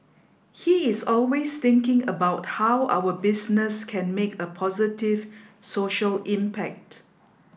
he is always thinking about how our business can make a positive social impact